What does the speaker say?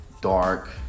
Dark